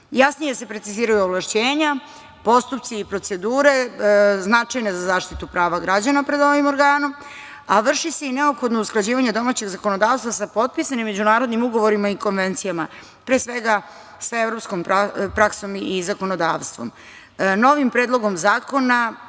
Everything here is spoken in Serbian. Jasnije se preciziraju ovlašćenja, postupci i procedure značajne za zaštitu prava građana pred ovim organom, a vrši se i neophodno usklađivanje domaćeg zakonodavstva sa potpisanim međunarodnim ugovorima i konvencijama, pre svega sa evropskom praksom i zakonodavstvom. Novim predlogom zakona